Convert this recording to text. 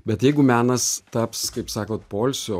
bet jeigu menas taps kaip sakot poilsio